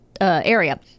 area